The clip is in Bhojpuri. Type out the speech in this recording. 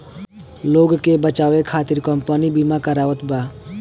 लोग के बचावे खतिर कम्पनी बिमा करावत बा